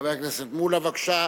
חבר הכנסת מולה, בבקשה.